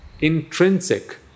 intrinsic